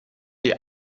die